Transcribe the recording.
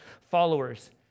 followers